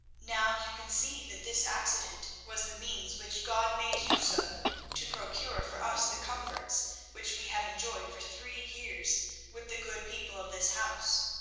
now you can see that this accident was the means which god made use of to procure for us the comforts which we have enjoyed for three years with the good people of this house.